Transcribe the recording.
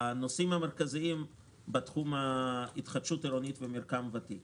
הנושאים המרכזיים בתחום התחדשות עירונית ומרקם ותיק